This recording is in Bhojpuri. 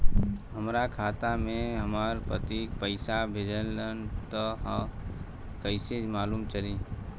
हमरा खाता में हमर पति पइसा भेजल न ह त कइसे मालूम चलि?